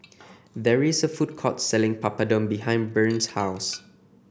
there is a food court selling Papadum behind Bryn's house